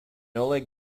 oleg